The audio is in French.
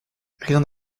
rien